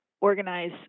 organize